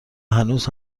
هنوز